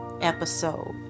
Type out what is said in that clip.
episode